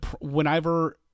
whenever